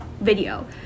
video